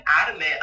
adamant